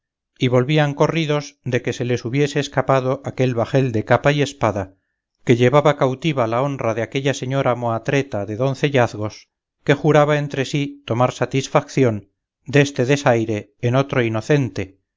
y volvían corridos de que se les hubiese escapado aquel bajel de capa y espada que llevaba cautiva la honra de aquella señora mohatrera de doncellazgos que juraba entre sí tomar satisfacción deste desaire en otro inocente